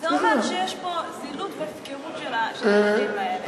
זה אומר שיש פה זילות והפקרות של הילדים האלה.